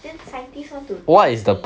then scientists want to test me